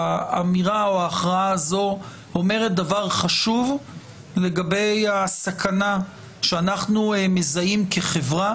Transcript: האמירה או ההכרעה הזאת אומרת דבר חשוב לגבי הסכנה שאנחנו מזהים כחברה,